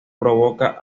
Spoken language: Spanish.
provoca